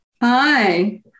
Hi